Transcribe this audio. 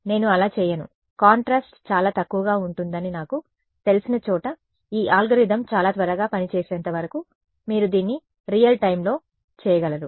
నేను అలా చేయను కాంట్రాస్ట్ చాలా తక్కువగా ఉంటుందని నాకు తెలిసిన చోట ఈ అల్గోరిథం చాలా త్వరగా పని చేసేంత వరకు మీరు దీన్ని రియల్ టైమ్ లో చేయగలరు